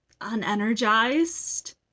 unenergized